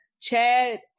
Chad